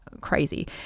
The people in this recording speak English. crazy